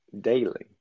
daily